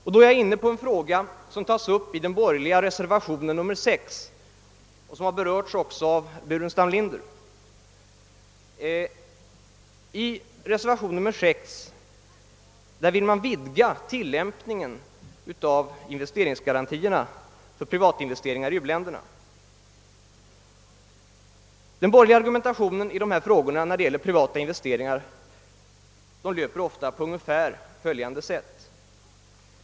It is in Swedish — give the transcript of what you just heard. Därmed är jag inne på en fråga som tas upp i den borgerliga reservationen 6 och som har berörts också av herr Burenstam Linder. I reservationen 6 förordas en vidgad tilllämpning av investeringsgarantierna för privatinvesteringar i u-länderna. Den borgerliga argumentationen i frågan om privata investeringar löper ofta ungefär på följande sätt.